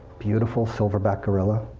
beautiful silverback gorilla.